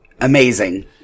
Amazing